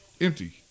empty